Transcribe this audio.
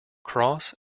cross